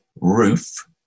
roof